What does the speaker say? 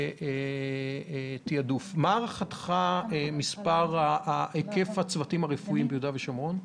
מה הערכתך לגבי היקף הצוותים הרפואיים ביהודה ושומרון?